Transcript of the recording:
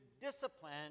discipline